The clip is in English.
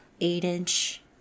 eight-inch